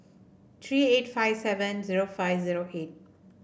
three eight five seven zero five zero eight